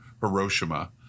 Hiroshima